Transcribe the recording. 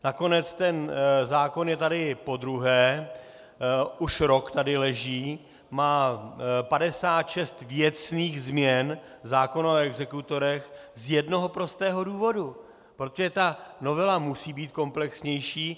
Nakonec ten zákon je tady podruhé, už rok tady leží, má 56 věcných změn zákona o exekutorech z jednoho prostého důvodu: protože ta novela musí být komplexnější.